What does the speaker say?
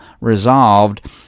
resolved